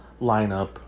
lineup